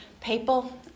people